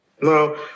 No